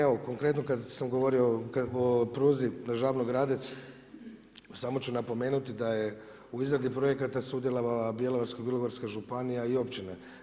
Evo, konkretno kad sam govorio o pruzi Žabno-Gradec, samo ću napomenuti, da je u izradi projekata sudjelovala Bjelovarsko-bilogorska županija i općine.